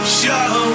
show